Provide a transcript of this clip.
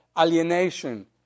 alienation